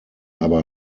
aber